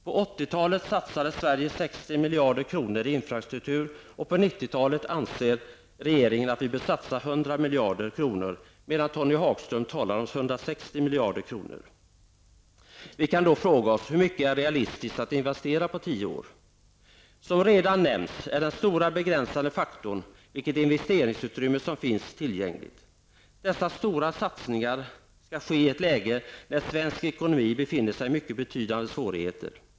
På 80-talet satsade Sverige 60 miljarder kronor på infrastruktur, och på 90-talet anser regeringen att vi bör satsa 100 miljarder kronor, medan Tony Hagström talar om 160 miljarder kronor. Vi kan då fråga oss hur mycket som är realistiskt att investera på tio år. Som redan nämnts är den stora begränsande faktorn det investeringsutrymme som finns tillgängligt. Dessa stora satsningar skall ske i ett läge när svensk ekonomi befinner sig i mycket stora svårigheter.